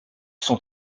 son